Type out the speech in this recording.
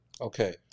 Okay